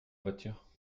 voiture